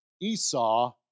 Esau